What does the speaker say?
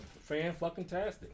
Fan-fucking-tastic